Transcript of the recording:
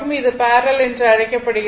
இது பேரலல் என்று அழைக்கப்படுகிறது